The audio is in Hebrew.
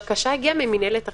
הבקשה הגיעה ממינהלת אכיפה,